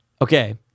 Okay